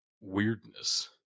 weirdness